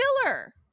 Stiller